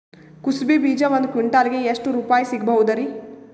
ಕುಸಬಿ ಬೀಜ ಒಂದ್ ಕ್ವಿಂಟಾಲ್ ಗೆ ಎಷ್ಟುರುಪಾಯಿ ಸಿಗಬಹುದುರೀ?